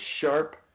sharp